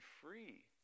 free